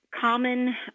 common